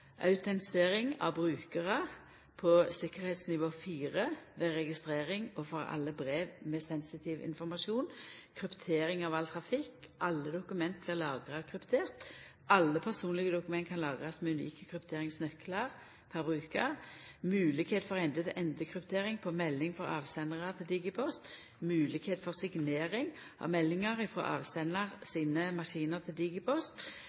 av brukarar på tryggleiksnivå 4 ved registrering og for alle brev med sensitiv informasjon kryptering av all trafikk kryptering av alle dokument som blir lagra unike krypteringsnøklar per brukar til lagring av alle personlege dokument moglegheit for ende-til-ende-kryptering på melding frå avsendarar til Digipost moglegheit for signering av meldingar frå avsendar sine maskiner til Digipost